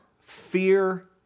fear